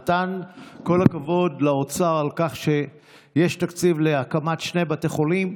הוא נתן "כל הכבוד" לאוצר על כך שיש תקציב להקמת שני בתי חולים.